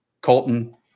Colton